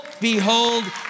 behold